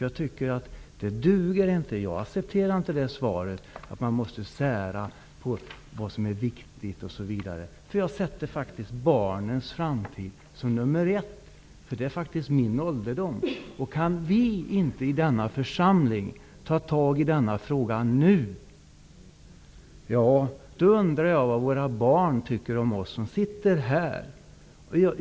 Jag accepterar inte svaret att det gäller att sära på vad som är viktigt och vad som är mindre viktigt. Jag sätter faktiskt barnens framtid som nummer ett. Det är min ålderdom. Kan vi inte i denna församling ta tag i denna fråga nu, undrar jag vad våra barn tycker om oss som sitter här.